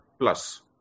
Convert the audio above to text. plus